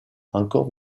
encore